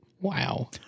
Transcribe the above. Wow